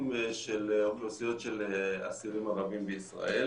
של אוכלוסיות של אסירים ערבים בישראל